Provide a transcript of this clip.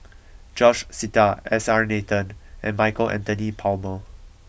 George Sita S R Nathan and Michael Anthony Palmer